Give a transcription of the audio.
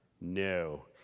No